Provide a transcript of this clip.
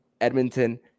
Edmonton